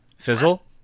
Fizzle